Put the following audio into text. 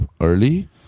early